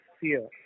fear